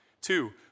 Two